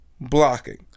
blocking